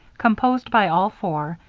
composed by all four,